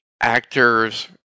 actors